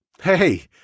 Hey